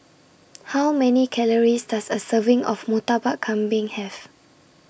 How Many Calories Does A Serving of Murtabak Kambing Have